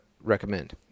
recommend